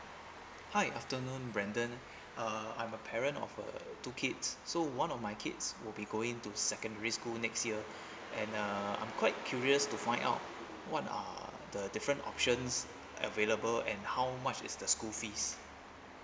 hi afternoon brandon uh I'm a parent of uh two kids so one of my kids will be going to secondary school next year and uh I'm quite curious to find out what are the different options available and how much is the school fees